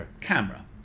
camera